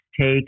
take